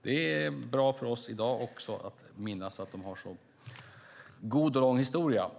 Det är bra för oss i dag att minnas att de har en så god och lång historia.